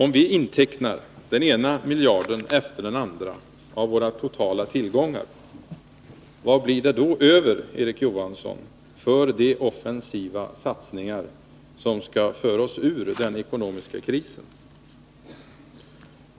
Om vi intecknar den ena miljarden efter den andra av våra totala tillgångar, vad blir då över, Erik Johansson, för de offensiva satsningar som skall föra oss ur den ekonomiska krisen?